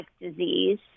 disease